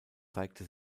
zeigte